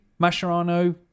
Mascherano